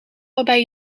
waarbij